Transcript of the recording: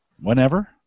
whenever